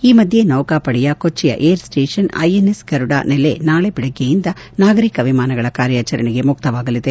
ಈ ಮಧ್ಯೆ ನೌಕಾಪಡೆಯ ಕೊಟ್ಲಿಯ ಏರ್ ಸ್ಸೇಷನ್ ಐಎನ್ಎಸ್ ಗರುಡಾ ನೆಲೆ ನಾಳೆ ಬೆಳಗ್ಗೆಯಿಂದ ನಾಗರಿಕ ವಿಮಾನಗಳ ಕಾರ್ಯಾಚರಣೆಗೆ ಮುಕ್ತವಾಗಲಿದೆ